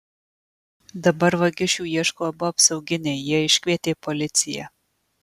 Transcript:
dabar vagišių ieško abu apsauginiai jie iškvietė policiją